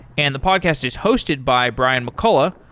and the podcast is hosted by bryan mccullough,